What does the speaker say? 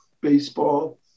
baseball